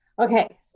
Okay